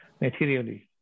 Materially